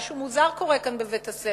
משהו מוזר קורה כאן בבית-הספר,